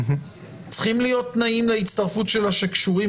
צריכים להיות תנאים להצטרפות שלה שקשורים